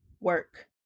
work